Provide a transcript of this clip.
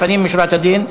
לפנים משורת הדין,